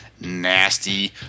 Nasty